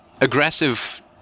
aggressive